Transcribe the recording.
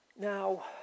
Now